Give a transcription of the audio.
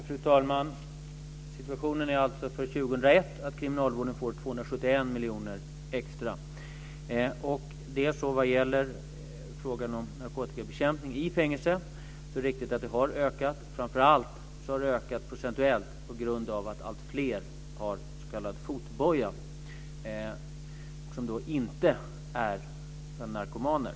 Fru talman! Situationen för 2001 är att kriminalvården får 271 miljoner kronor extra. Sedan var det frågan om narkotikabekämpning i fängelserna. Det är riktigt att missbruket har ökat, framför allt procentuellt. Det är på grund av att alltfler använder fotboja, och dessa är inte narkomaner.